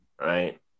Right